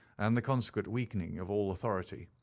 and the consequent weakening of all authority.